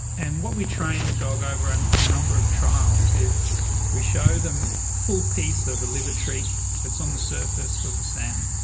and what we train the dog over and a number of trials is we show them a full piece of a liver treat that's on the surface of the sand,